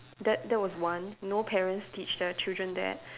that that was one no parents teach their children that